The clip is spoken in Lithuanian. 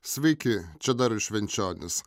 sveiki čia darius švenčionis